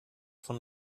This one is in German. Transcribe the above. von